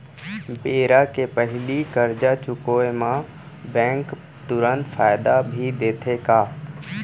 बेरा के पहिली करजा चुकोय म बैंक तुरंत फायदा भी देथे का?